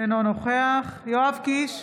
אינו נוכח יואב קיש,